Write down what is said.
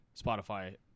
Spotify